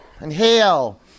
Inhale